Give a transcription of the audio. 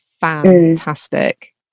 fantastic